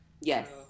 Yes